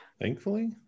thankfully